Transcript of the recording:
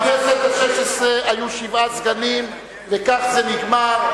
בכנסת השש-עשרה היו שבעה סגנים, וכך זה נגמר.